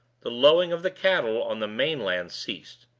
the lowing of the cattle on the main-land ceased,